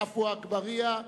עפו אגבאריה,